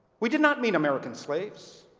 we did not mean american slaves.